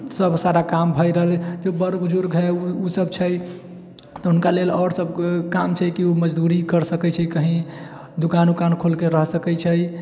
सब सारा काम भए रहल हइ कि बड़ बुजुर्ग है ओ सब छै हुनका लेल आओर सब काम छै कि ओ मजदुरी कर सकै छै कही दुकान उकान खोलके रह सकइ छै